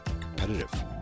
competitive